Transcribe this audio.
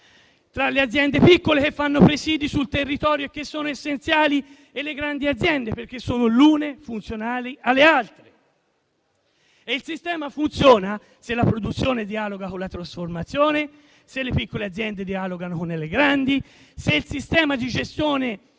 le aziende piccole che presidiano il territorio e che sono essenziali e le grandi aziende. Esse sono funzionali le une alle altre. Il sistema funziona se la produzione dialoga con la trasformazione, se le piccole aziende dialogano con le grandi, se il sistema di gestione